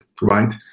right